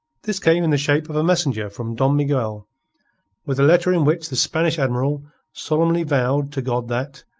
this came in the shape of a messenger from don miguel with a letter in which the spanish admiral solemnly vowed to god that,